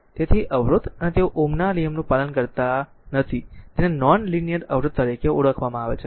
તેથી તેથી અવરોધ તેઓ Ω ના લો નું પાલન કરતા નથી તેને નોન લીનીયર અવરોધ તરીકે ઓળખવામાં આવે છે